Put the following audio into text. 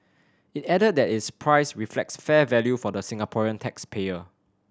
it added that its price reflects fair value for the Singaporean tax payer